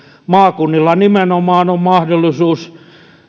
maakunnilla nimenomaan on mahdollisuus